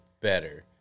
better